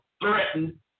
threaten